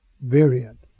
variant